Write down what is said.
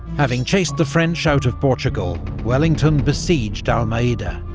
having chased the french out of portugal, wellington besieged almeida.